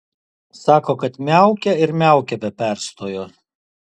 sako kad miaukia ir miaukia be perstojo